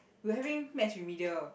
we were having maths remedial